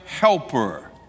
helper